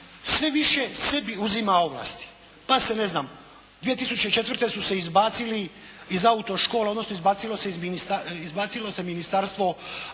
sve više sebi uzima ovlasti, pa se ne znam 2004. su se izbacili iz autoškola odnosno izbacilo se Ministarstvo